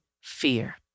fear